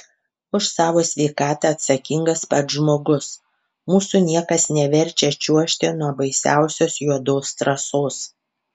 už savo sveikatą atsakingas pats žmogus mūsų niekas neverčia čiuožti nuo baisiausios juodos trasos